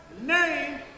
name